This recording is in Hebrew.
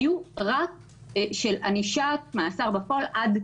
היו רק עד שנה.